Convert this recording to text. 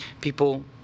People